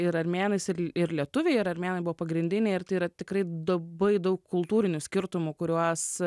ir armėnais ir ir lietuviai ir armėnai buvo pagrindiniai ir tai yra tikrai labai daug kultūrinių skirtumų kuriuos